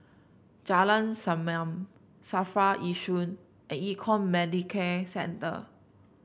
Jalan Senyum Safra Yishun and Econ Medicare Center